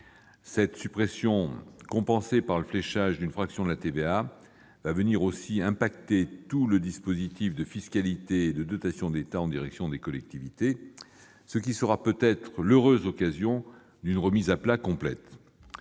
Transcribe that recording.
Cette suppression, compensée par le fléchage d'une fraction de TVA, aura des conséquences sur tout le dispositif fiscal et de dotations de l'État en direction des collectivités, ce qui sera peut-être l'heureuse occasion d'une remise à plat complète.